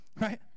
right